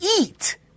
eat